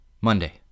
Monday